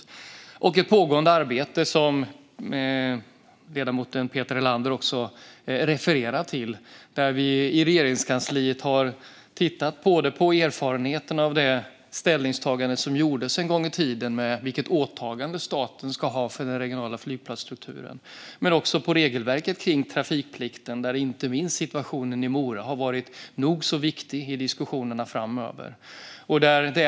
Det pågår ett arbete i Regeringskansliet, som ledamoten Peter Helander också refererade till, där vi har tittat på erfarenheterna av det ställningstagande som gjordes en gång i tiden om vilket åtagande staten ska ha för den regionala flygplatsstrukturen. Vi tittar också på regelverket för trafikplikten, där inte minst situationen i Mora har varit viktig i diskussionerna.